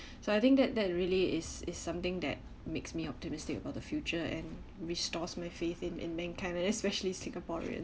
so I think that that really is is something that makes me optimistic about the future and restores my faith in in mankind and especially singaporeans